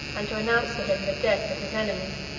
and to announce to him the death of his enemy.